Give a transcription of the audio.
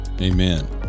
Amen